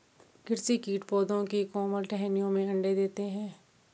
कृषि कीट पौधों की कोमल टहनियों में अंडे देते है